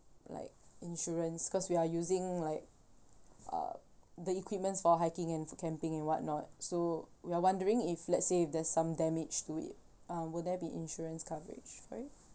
like insurance cause we are using like uh the equipments for hiking and camping and what not so we're wondering if let's say if there's some damage to it uh would there be insurance coverage for it